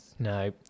No